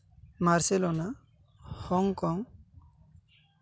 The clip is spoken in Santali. ᱢᱟᱨᱥᱮᱞᱳᱱᱟ ᱦᱚᱝᱠᱚᱝ